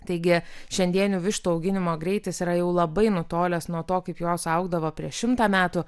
taigi šiandienių vištų auginimo greitis yra jau labai nutolęs nuo to kaip jos augdavo prieš šimtą metų